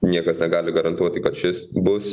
niekas negali garantuoti kad šis bus